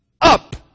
up